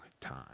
time